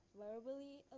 verbally